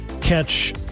catch